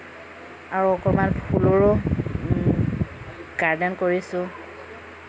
আৰু অকণমান ফুলৰো গাৰ্ডেন কৰিছোঁ